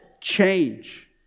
change